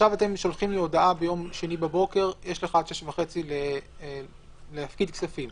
אתם שולחים לי הודעה ביום שני בבוקר: "יש לך עד 18:30 להפקיד כספים"